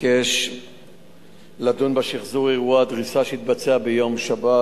ביקש לדון בשחזור אירוע הדריסה שהתבצע ביום שבת